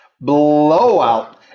blowout